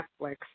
Netflix